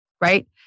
right